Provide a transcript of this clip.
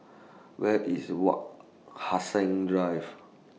Where IS Wak Hassan Drive